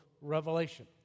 Revelation